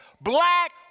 black